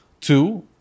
Two